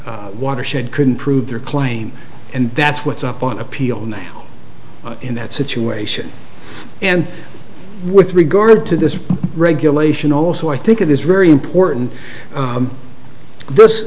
that watershed couldn't prove their claim and that's what's up on appeal in that situation and with regard to this regulation also i think it is very important this